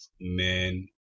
men